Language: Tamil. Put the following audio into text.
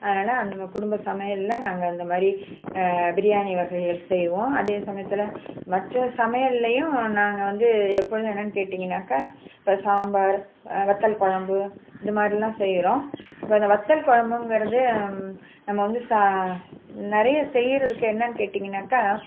அதனால அந்த மாதிரி குடும்ப சமையலில் நாங்கள் அந்த மாதிரி பிரியாணி வகைகள் செய்வோம் அதே சமயத்தில் மற்ற சமையலேயும் நாங்கள் வந்து எப்பொழுதும் என்னென்னு கேட்டீங்கன்னாக்கால் இப்போ சாம்பார் வத்தல் குழம்பு இதுமாதிரிலாம் செய்கிறோம் இப்போ அந்த வத்தல் குழம்புங்குறது நம்ம வந்து ச நிறைய செய்கியறதுக்கு என்னென்னு கேட்டிங்கன்னாக்கால்